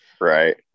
right